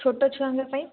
ଛୋଟ ଛୁଆଙ୍କ ପାଇଁ